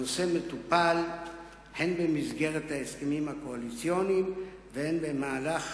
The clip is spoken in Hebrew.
הנושא מטופל הן במסגרת ההסכמים הקואליציוניים והן במהלך